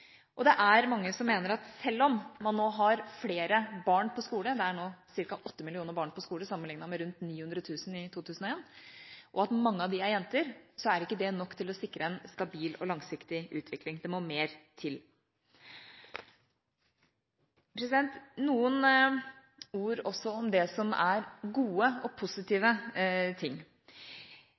Og det er mange som mener at selv om man nå har flere barn på skole – det er nå ca. åtte millioner barn på skole sammenliknet med rundt 900 000 i 2001 – og mange av dem er jenter, er ikke det nok til å sikre en stabil og langsiktig utvikling. Det må mer til. Noen ord også om det som er gode og positive ting.